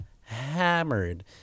hammered